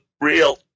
real